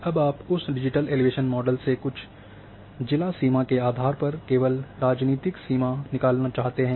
अब आप उस डिजिटल एलिवेशन मॉडल से कुछ जिला सीमा के आधार पर केवल राजनीतिक सीमा निकालना चाहते हैं